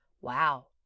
wow